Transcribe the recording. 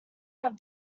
have